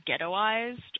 ghettoized